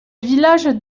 village